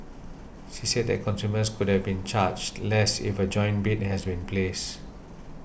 she said that consumers could have been charged less if a joint bid has been placed